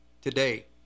today